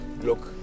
look